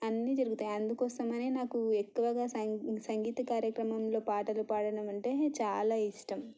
అన్నీ జరుగుతాయి అందుకోసమనే నాకు ఎక్కువగా సంగీ సంగీత కార్యక్రమంలో పాటలు పాడటం అంటే చాలా ఇష్టం